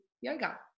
yoga